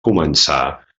començar